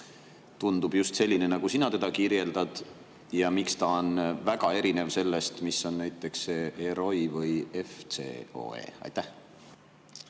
tundub just selline, nagu sina teda kirjeldad, ja miks ta on väga erinev sellest, mis on näiteks EROI või FCOE. Aitäh,